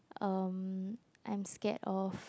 um I'm scared of